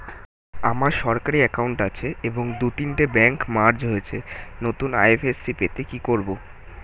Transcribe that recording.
আমার সরকারি একাউন্ট আছে এবং দু তিনটে ব্যাংক মার্জ হয়েছে, নতুন আই.এফ.এস.সি পেতে কি করব?